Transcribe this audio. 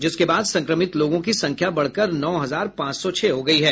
जिसके बाद संक्रमित लोगों की संख्या बढ़कर नौ हजार पांच सौ छह हो गयी है